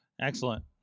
excellent